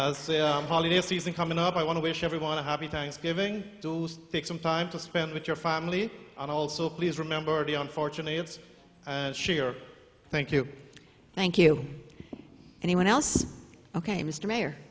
pleasant holiday season coming up i want to wish everyone a happy thanksgiving to take some time to spend with your family and also please remember the unfortunate and sure thank you thank you anyone else ok mr mayor